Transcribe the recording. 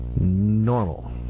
normal